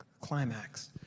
climax